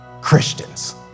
Christians